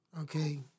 Okay